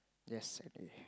yes N_A